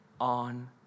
on